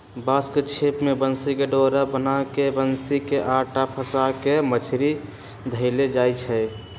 बांस के छिप में बन्सी कें डोरा बान्ह् के बन्सि में अटा फसा के मछरि धएले जाइ छै